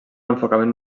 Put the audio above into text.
enfocament